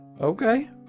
Okay